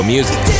Music